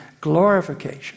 glorification